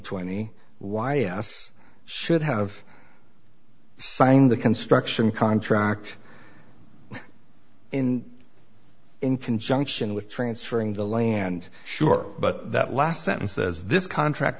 twenty why yes should have signed the construction contract in in conjunction with transferring the land sure but that last sentence says this contract